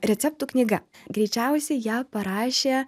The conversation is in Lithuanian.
receptų knyga greičiausiai ją parašė